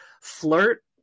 flirt